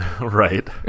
Right